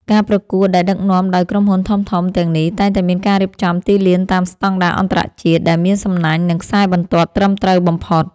ការប្រកួតដែលដឹកនាំដោយក្រុមហ៊ុនធំៗទាំងនេះ តែងតែមានការរៀបចំទីលានតាមស្ដង់ដារអន្តរជាតិ ដែលមានសំណាញ់ និងខ្សែបន្ទាត់ត្រឹមត្រូវបំផុត។